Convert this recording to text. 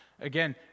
Again